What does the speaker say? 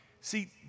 see